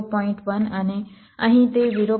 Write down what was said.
1 અને અહીં તે 0